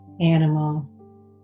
animal